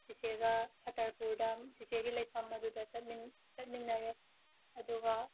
ꯆꯤꯆꯦꯒ ꯁꯠꯇꯄꯨꯔꯗ ꯆꯤꯆꯦꯒꯤ ꯂꯩꯐꯝ ꯑꯗꯨꯗ ꯆꯠꯃꯤꯟꯅꯔꯦ ꯑꯗꯨꯒ